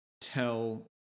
tell